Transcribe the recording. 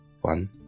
one